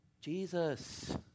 Jesus